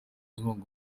inkunga